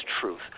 truth